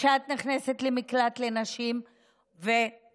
אני הכפלתי את סל התרופות מ-300 מיליון שקל אצל שר האוצר